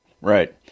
Right